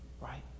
right